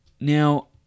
now